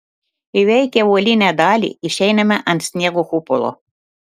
įveikę uolinę dalį išeiname ant sniego kupolo